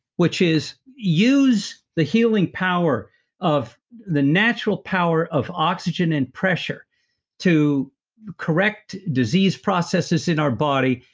which is, use the healing power of the natural power of oxygen and pressure to correct disease processes in our body.